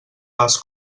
les